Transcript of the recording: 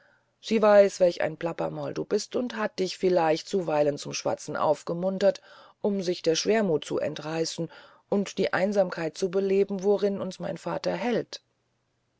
sie weiß welch ein plaudermaul du bist und hat dich vielleicht zuweilen zum schwazen aufgemuntert um sich der schwermuth zu entreissen und die einsamkeit zu beleben worin uns mein vater hält